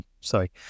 Sorry